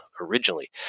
originally